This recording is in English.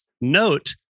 note